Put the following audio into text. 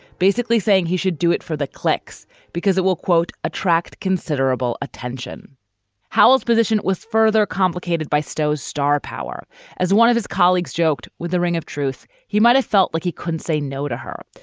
basically saying he should do it for the clecs because it will, quote, attract considerable attention howard's position was further complicated by stow's star power as one of his colleagues joked with the ring of truth. he might have felt like he couldn't say no to her.